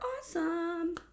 awesome